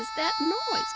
that noise?